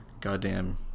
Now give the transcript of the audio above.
goddamn